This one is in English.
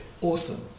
Awesome